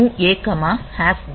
move a comma 0